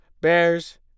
Bears